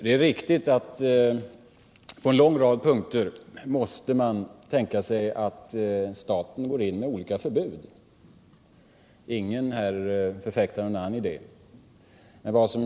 Det är riktigt att på en lång rad punkter måste man tänka sig att man går in med olika förbud —- ingen här förfäktar någon annan idé.